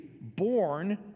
born